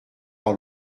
par